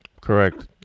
Correct